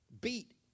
beat